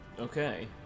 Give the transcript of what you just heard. Okay